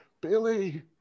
Billy